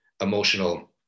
emotional